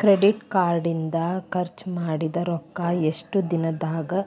credit card ಇಂದ್ ಖರ್ಚ್ ಮಾಡಿದ್ ರೊಕ್ಕಾ ಎಷ್ಟ ದಿನದಾಗ್